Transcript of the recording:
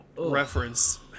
reference